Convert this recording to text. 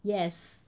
yes